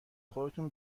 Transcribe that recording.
خودتون